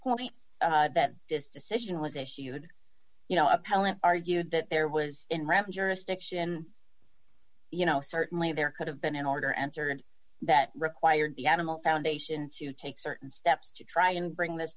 point that this decision was issued you know appellant argued that there was an raf jurisdiction you know certainly there could have been an order answered that required the animal foundation to take certain steps to try and bring this